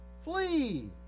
flee